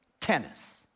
tennis